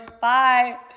Bye